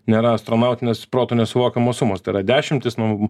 nėra astronautinės protu nesuvokiamos sumos tai yra dešimtys nu